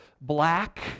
black